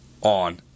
on